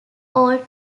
all